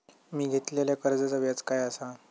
मी घेतलाल्या कर्जाचा व्याज काय आसा?